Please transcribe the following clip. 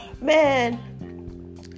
Man